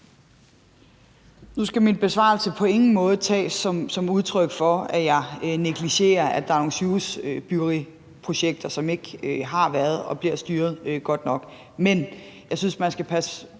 Nu skal min besvarelse på ingen måde tages som udtryk for, at jeg negligerer, at der er nogle sygehusbyggeriprojekter, som ikke har været og ikke bliver styret godt nok, men jeg synes, man skal passe